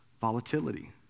volatility